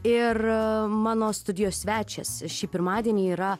ir mano studijos svečias šį pirmadienį yra